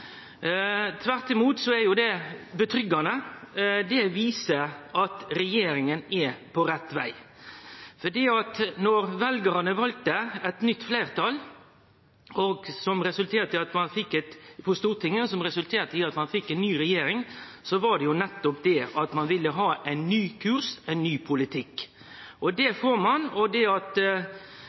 tvert imot er det roande. Det viser at regjeringa er på rett veg, for når veljarane valde eit nytt fleirtal på Stortinget som resulterte i at ein fekk ei ny regjering, var det nettopp det at ein ville ha ein ny kurs, ein ny politikk. Det får ein, og det at